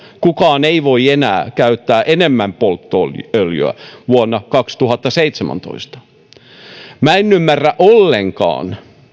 kukaan ei voi enää käyttää enempää polttoöljyä vuonna kaksituhattaseitsemäntoista minä en ymmärrä ollenkaan